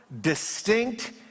distinct